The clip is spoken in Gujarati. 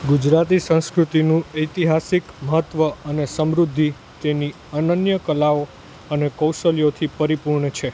ગુજરાતી સંસ્કૃતિનું ઐતિહાસિક મહત્ત્વ અને સમૃદ્ધિ તેની અનન્ય કલાઓ અને કૌશલ્યોથી પરિપૂર્ણ છે